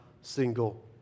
single